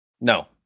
No